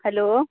hello